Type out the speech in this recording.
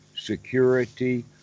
security